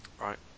Right